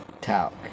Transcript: talk